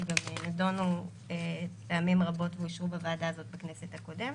שגם נדונו פעמים רבות ואושרו בוועדה הזאת בכנסת הקודמת.